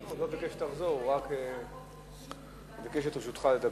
הוא לא ביקש שתחזור, הוא רק ביקש את רשותך לדבר.